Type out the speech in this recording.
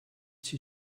sie